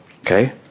Okay